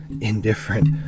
indifferent